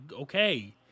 okay